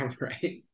right